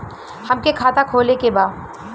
हमके खाता खोले के बा?